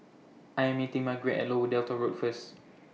I Am meeting Margeret At Lower Delta Road First